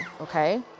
Okay